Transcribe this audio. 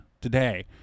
today